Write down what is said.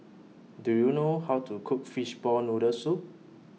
Do YOU know How to Cook Fishball Noodle Soup